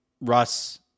Russ